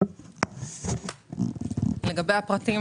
לגבי הפרטים